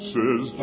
Says